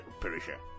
perisher